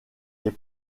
les